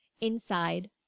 inside